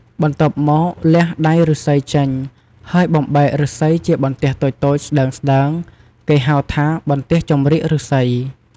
បន្ទាប់មក លះដៃឫស្សីចេញ ហើយបំបែកឫស្សីជាបន្ទះតូចៗស្ដើងៗ គេហៅថា បន្ទះចម្រៀកឫស្សី ។